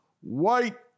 white